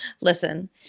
listen